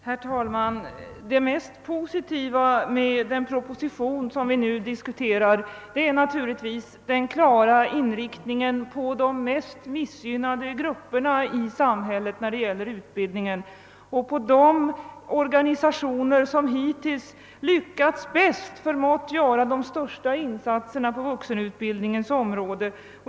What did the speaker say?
Herr talman! Det mest positiva med den proposition som vi nu diskuterar är naturligtvis den klara inriktningen på de utbildningsmässigt mest missgynnade grupperna i vårt samhälle och på de organisationer, som hittills förmått göra de bästa insatserna på vuxenutbildningens område.